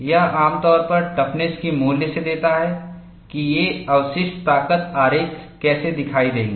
यह आम तौर पर टफनेस के मूल्य से देता है कि ये अवशिष्ट ताकत आरेख कैसे दिखाई देंगे